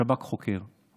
השב"כ חוקר.